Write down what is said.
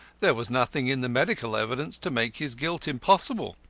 there was nothing in the medical evidence to make his guilt impossible.